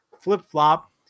flip-flop